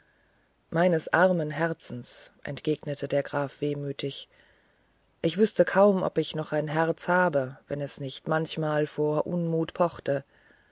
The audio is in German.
meines armen herzens entgegnete der graf wehmütig ich wüßte kaum ob ich noch ein herz habe wenn es nicht manchmal vor unmut pochtet